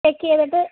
check ചെയ്തിട്ട്